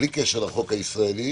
בלי קשר לחוק הישראלי